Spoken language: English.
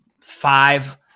five